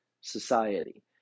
society